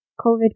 COVID